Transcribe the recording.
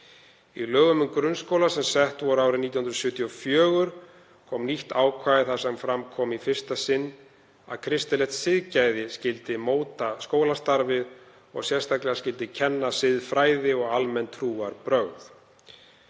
Í lögum um grunnskóla sem sett voru árið 1974 kom nýtt ákvæði þar sem fram kom í fyrsta sinn að kristilegt siðgæði skyldi móta skólastarfið og að sérstaklega skyldi kenna siðfræði og almenn trúarbrögð.